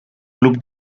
club